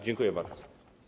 Dziękuję bardzo.